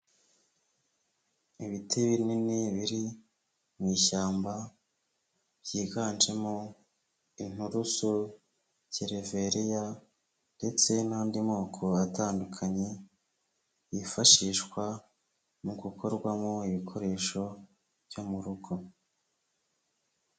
Ibiti binini biri mu ishyamba byiganjemo inturusu, gereveriya ndetse n'andi moko atandukanye yifashishwa mu gukorwamo ibikoresho byo mu rugo.